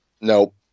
Nope